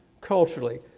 culturally